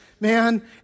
man